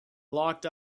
locked